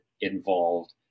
involved